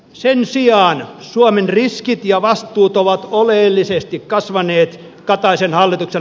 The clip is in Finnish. sen sijaan suomen riskit ja vastuut ovat oleellisesti kasvaneet kataisen hallituksen